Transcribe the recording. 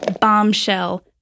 bombshell